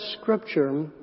scripture